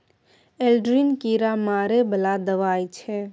Aldrin कीरा मारै बला दवाई छै